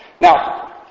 Now